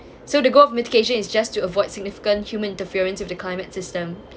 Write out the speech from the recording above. so the goal medication is just to avoid significant human interference with the climate system